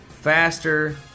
faster